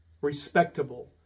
respectable